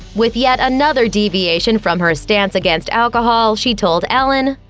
with yet another deviation from her stance against alcohol, she told ellen,